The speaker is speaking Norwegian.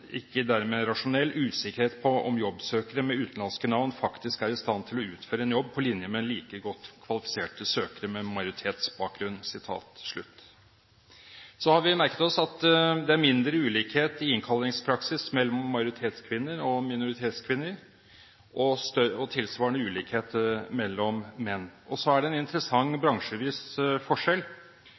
ikke dermed rasjonell – usikkerhet på om jobbsøkere med utenlandske navn faktisk er i stand til å utføre en jobb på linje med like godt kvalifiserte søkere med majoritetsbakgrunn.» Vi har merket oss at det er mindre ulikhet i innkallingspraksis mellom majoritetskvinner og minoritetskvinner og tilsvarende større ulikhet mellom menn. Så er det en interessant bransjevis forskjell,